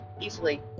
easily